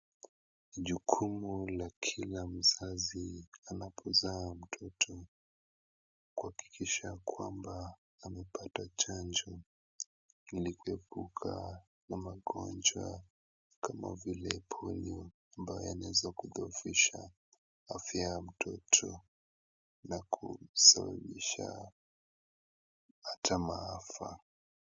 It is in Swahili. Jukumu la kila mzazi anapozaa mtoto kuhakikisha kwamba amepata chanjo ili kuepuka na magonjwa kama vile polio ambayo yanaweza kudhoofisha afya ya mtoto na kusababisha hata maafa.